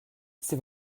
c’est